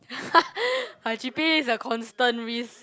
my g_p_a is a constant risk